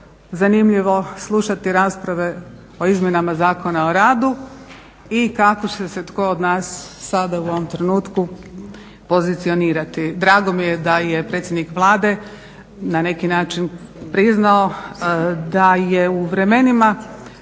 zanimljivo slušati rasprave o izmjenama Zakona o radu i kako će se tko od nas sada u ovom trenutku pozicionirati. Drago mi je da je predsjednik Vlade na neki način priznao da je u vremenima